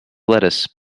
lettuce